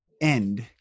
end